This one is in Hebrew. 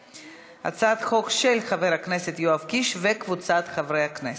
הצעת חוק של חבר הכנסת יואב קיש וקבוצת חברי הכנסת.